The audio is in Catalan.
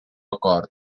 acord